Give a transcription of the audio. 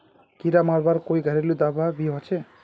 कीड़ा मरवार कोई घरेलू दाबा भी होचए?